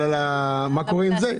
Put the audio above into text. אבל מה קורה עם ה?